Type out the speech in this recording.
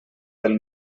del